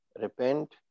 Repent